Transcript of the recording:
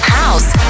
house